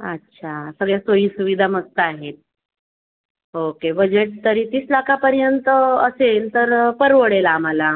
अच्छा सगळ्या सोयी सुविधा मस्त आहेत ओके बजेट तरी तीस लाखापर्यंत असेल तर परवडेल आम्हाला